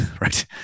right